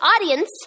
audience